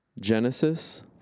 Genesis